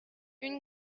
une